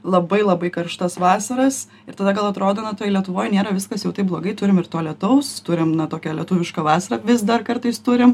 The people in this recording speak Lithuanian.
labai labai karštas vasaras ir tada gal atrodo na toj lietuvoj nėra viskas jau taip blogai turim ir to lietaus turim na tokią lietuvišką vasarą vis dar kartais turim